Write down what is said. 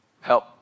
Help